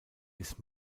ist